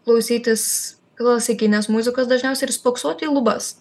klausytis klasikinės muzikos dažniausiai ir spoksoti į lubas